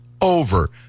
over